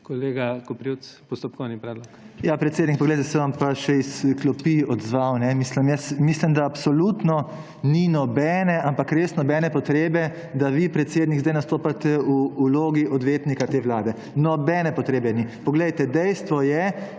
Kolega Koprivc, postopkovni predlog. MAG. MARKO KOPRIVC (PS SD): Predsednik, poglejte, se bom pa še iz klopi odzval. Mislim, da absolutno ni nobene, ampak res nobene potrebe, da vi, predsednik, zdaj nastopate v vlogi odvetnika te vlade. Nobene potrebe ni. Dejstvo je,